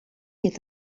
est